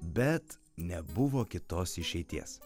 bet nebuvo kitos išeities